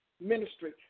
ministry